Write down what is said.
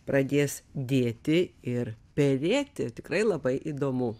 pradės didėti ir perėti tikrai labai įdomu